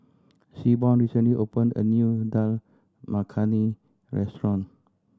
Seaborn recently opened a new Dal Makhani Restaurant